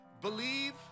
believe